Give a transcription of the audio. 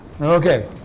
Okay